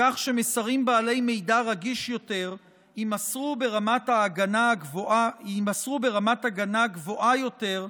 כך שמסרים בעלי מידע רגיש יותר יימסרו ברמת הגנה גבוהה יותר,